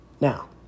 Now